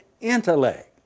intellect